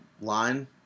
line